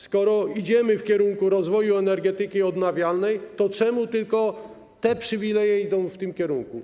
Skoro idziemy w kierunku rozwoju energetyki odnawialnej, to czemu tylko te przywileje idą w tym kierunku?